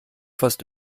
fast